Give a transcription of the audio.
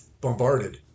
bombarded